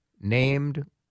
named